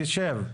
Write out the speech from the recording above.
תשב.